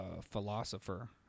philosopher